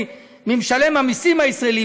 ממשלם המסים הישראלי,